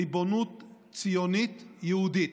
ריבונות ציונית-יהודית.